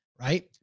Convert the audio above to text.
right